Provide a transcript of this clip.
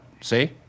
See